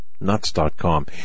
nuts.com